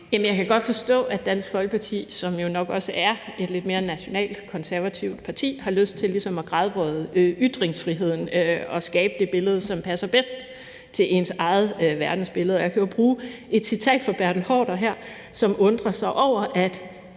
Jeg kan godt forstå, at Dansk Folkeparti, som jo nok også er et lidt mere nationalkonservativt parti, har lyst til ligesom at gradbøje ytringsfriheden og skabe det billede, som passer bedst til ens eget verdensbillede. Jeg kan jo bruge et citat fra Bertel Haarder her, som, og jeg citerer,